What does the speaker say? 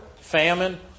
famine